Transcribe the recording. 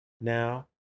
now